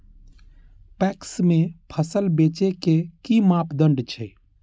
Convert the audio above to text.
PACS में फसल बेचे के कि मापदंड छै?